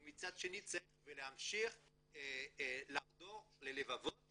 ומצד שני צריך להמשיך לחדור ללבבות